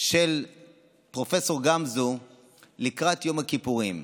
של פרופ' גמזו לקראת יום הכיפורים.